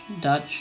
Dutch